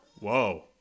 Whoa